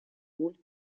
роль